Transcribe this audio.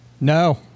No